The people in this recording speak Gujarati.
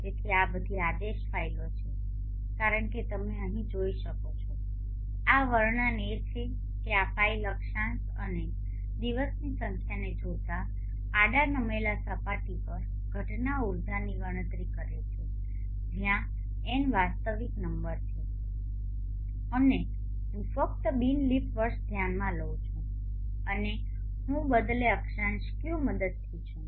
તેથી આ બધી આદેશ ફાઇલો છે કારણ કે તમે અહીં જોઈ શકો છો આ વર્ણન એ છે કે આ ફાઇલ અક્ષાંશ અને દિવસની સંખ્યાને જોતા આડા નમેલા સપાટી પર ઘટના ઉર્જાની ગણતરી કરે છે જ્યાં એન વાસ્તવિક નંબર છે અને હું ફક્ત બિન લીપ વર્ષ ધ્યાનમાં લઈ રહ્યો છું અને હું બદલે અક્ષાંશ ક્યૂ મદદથી છું